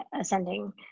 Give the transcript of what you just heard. ascending